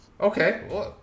Okay